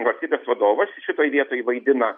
valstybės vadovas šitoj vietoj vaidina